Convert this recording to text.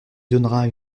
donnera